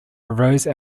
arose